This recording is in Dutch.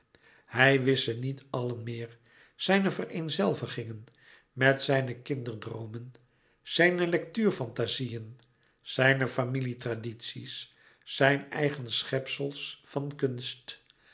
hij wist ze niet allen meer zijne vereenzelvigingen met zijne kinderdroomen zijne lectuur fantazieën zijne familie tradities zijn eigen schepsels van kunst